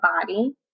body